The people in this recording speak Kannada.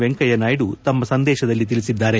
ವೆಂಕಯ್ಯನಾಯ್ಡು ತಮ್ಮ ಸಂದೇಶದಲ್ಲಿ ತಿಳಿಸಿದ್ದಾರೆ